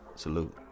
salute